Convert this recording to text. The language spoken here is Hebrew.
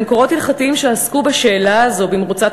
במקורות הלכתיים שעסקו בשאלה הזאת במרוצת